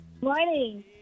Morning